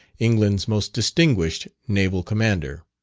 england's most distinguished naval commander.